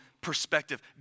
perspective